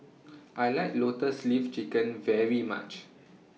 I like Lotus Leaf Chicken very much